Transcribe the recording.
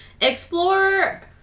explore